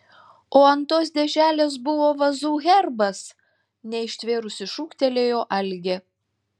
o ant tos dėželės buvo vazų herbas neištvėrusi šūktelėjo algė